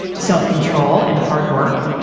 self-control and hard work,